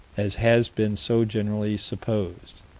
as has been so generally supposed.